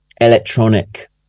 electronic